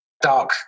dark